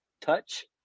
touch